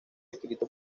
escrito